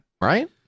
right